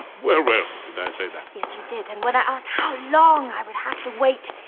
well, well. did i say that? yes, you did. and when i asked how long i would have to wait,